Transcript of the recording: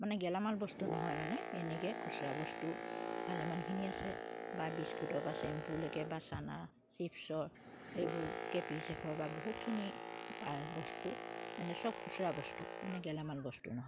মানে গেলামাল বস্তু নহয় মানে এনেকে খুচুৰা বস্তু ভালেমানখিনি আছে বা বিস্কুটৰ পৰা চেম্পুলৈকে বা চানা চিপ্ছৰ এইবোৰ কেপি চেখৰ বা বহুতখিনি বস্তু মানে চব খুচুৰা বস্তু মানে গেলামাল বস্তু নহয়